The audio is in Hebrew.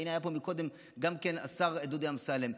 הינה, היה פה מקודם גם כן השר דודי אמסלם.